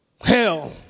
Hell